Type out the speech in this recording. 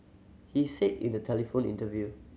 he said in a telephone interview